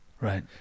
Right